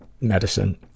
medicine